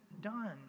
done